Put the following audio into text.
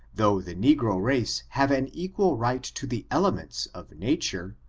though the negro race have an equal right to the elements of nature,